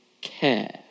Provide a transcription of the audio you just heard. care